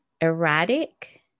erratic